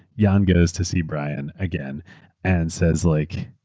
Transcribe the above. jan goes to see brian again and says, like